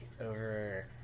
over